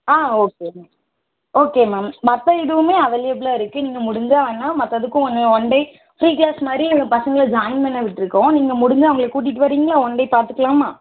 ஆ okay ma'am okay ma'am மற்ற இதுவுமே அவைலபுளாக இருக்கு நீங்கள் முடிஞ்சால் வாங்க மற்றதுக்கும் வாங்க ஒன் டே ஃப்ரீ க்ளாஸ்மாதிரி பசங்களை ஜாயின் பண்ண விட்டுருக்கோம் நீங்கள் முடிஞ்சால் அவங்களை கூட்டிகிட்டு வரீங்களா ஒன் டே பார்த்துக்கலாமா